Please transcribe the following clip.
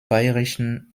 bayerischen